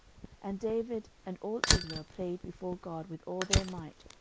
and david and all israel played before god with all their might,